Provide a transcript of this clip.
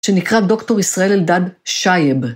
שנקרא דוקטור ישראל אלדד שייב.